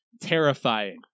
terrifying